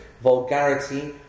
vulgarity